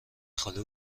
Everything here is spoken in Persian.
خالی